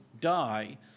die